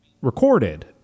recorded